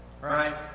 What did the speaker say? Right